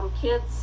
kids